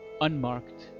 unmarked